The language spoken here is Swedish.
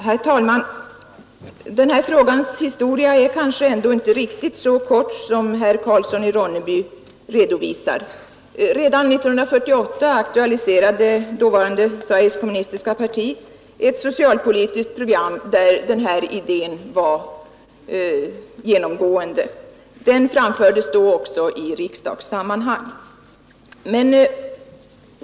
Herr talman! Den här frågans historia är kanske ändå inte riktigt så kort som herr Karlsson i Ronneby redovisar. Redan på 1940-talet aktualiserade dåvarande Sveriges kommunistiska parti ett socialpolitiskt program där tanken på ett enhetligt socialförsäkringssystem var genomgående. Den framfördes då också i riksdagssammanhang.